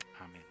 Amen